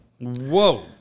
Whoa